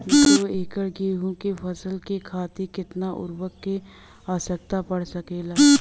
दो एकड़ गेहूँ के फसल के खातीर कितना उर्वरक क आवश्यकता पड़ सकेल?